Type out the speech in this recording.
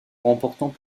remportant